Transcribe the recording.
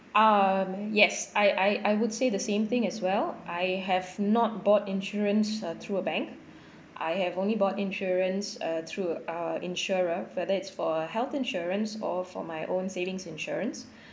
um yes I I I would say the same thing as well I have not bought insurance uh through a bank I have only bought insurance uh through uh insurer for that is for health insurance or for my own savings insurance